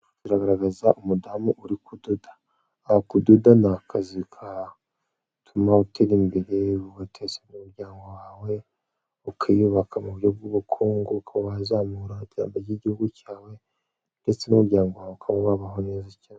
Biragaragaza umudamu uri kudoda, kudoda ni akazi katuma utera imbere ugateza imbere umuryango wawe ukiyubaka mu bw'ubukungu, ukaba wazamura iterambere ry'igihugu cyawe, ndetse n'umuryango wawe ukaba wabaho neza cyane.